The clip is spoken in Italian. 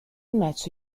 match